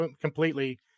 completely